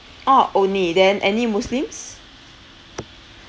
orh only then any muslims